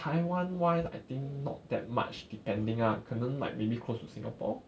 taiwan wise I think not that much depending ah 可能 like maybe close to singapore